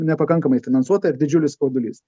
nepakankamai finansuota ir didžiulis skaudulys